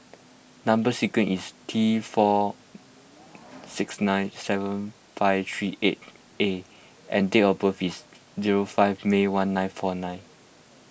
Number Sequence is T four six nine seven five three eight A and date of birth is zero five May one nine four nine